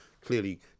clearly